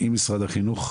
עם משרד החינוך.